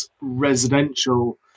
residential